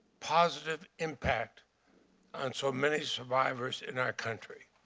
positive impact on so many survivors in our country.